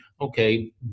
Okay